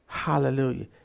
Hallelujah